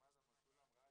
שעמד על מסלול ההמראה,